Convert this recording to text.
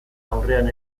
aurrean